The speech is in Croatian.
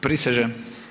Prisežem.